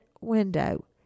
window